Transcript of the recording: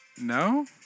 No